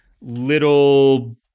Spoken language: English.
little